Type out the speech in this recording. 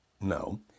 No